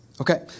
Okay